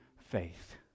faith